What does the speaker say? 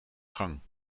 gang